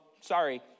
Sorry